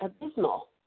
abysmal